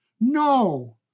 No